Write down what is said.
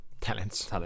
talents